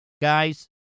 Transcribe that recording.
guys